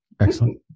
Excellent